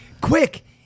Quick